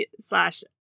slash